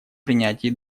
принятии